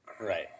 Right